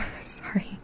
sorry